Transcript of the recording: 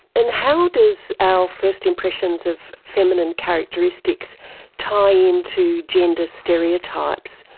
and how does our first impressions of feminine characteristics tie in to gender stereotypes?